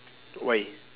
why